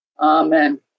Amen